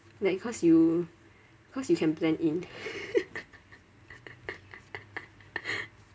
like because you cause you can blend in